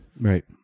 Right